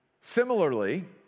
Similarly